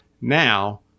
now